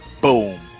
Boom